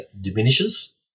diminishes